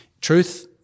Truth